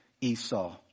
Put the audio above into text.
Esau